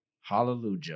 Hallelujah